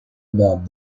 about